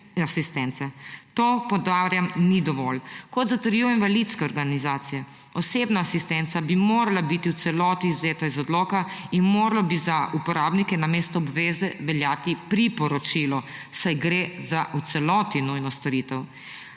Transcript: To, poudarjam, ni dovolj. Kot zatrjujejo invalidske organizacije, osebna asistenca bi morala biti v celoti izvzeta iz odloka in moralo bi za uporabnike namesto obveze veljati priporočilo, saj gre za v celoti nujno storitev.